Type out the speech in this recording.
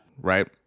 Right